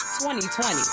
2020